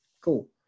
cool